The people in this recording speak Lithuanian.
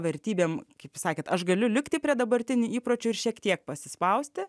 vertybėm kaip sakėt aš galiu likti prie dabartinių įpročių ir šiek tiek pasispausti